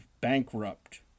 bankrupt